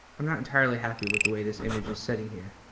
i'm not entirely happy with the way this image is sitting here.